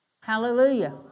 Hallelujah